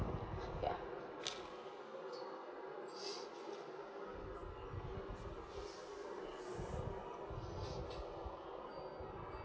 yeah